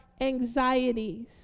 anxieties